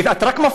כי את רק מפריעה,